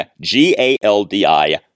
G-A-L-D-I